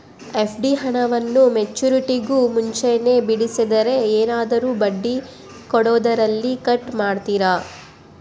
FD ಹಣವನ್ನು ಮೆಚ್ಯೂರಿಟಿಗೂ ಮುಂಚೆನೇ ಬಿಡಿಸಿದರೆ ಏನಾದರೂ ಬಡ್ಡಿ ಕೊಡೋದರಲ್ಲಿ ಕಟ್ ಮಾಡ್ತೇರಾ?